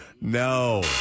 No